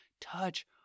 touch